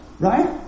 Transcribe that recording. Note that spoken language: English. Right